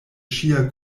ŝia